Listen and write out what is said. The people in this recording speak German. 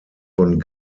von